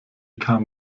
kam